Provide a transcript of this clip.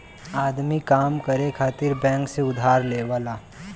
आदमी काम करे खातिर बैंक से उधार लेवला